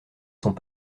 sont